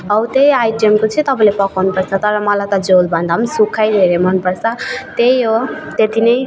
हौ त्यही आइटमको चाहिँ तपाईँले पकाउनुपर्छ तर मलाई त झोलभन्दा पनि सुक्खै धेरै मन पर्छ त्यही हो त्यत्ति नै